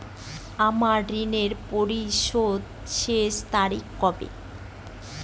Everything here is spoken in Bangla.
আমার ঋণ পরিশোধের শেষ তারিখ কবে?